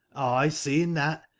i, seeing that,